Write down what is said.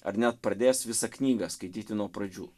ar net pradės visą knygą skaityti nuo pradžių